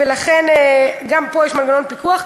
ולכן יש פה מנגנון פיקוח.